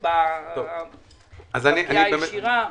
בפגיעה הישירה?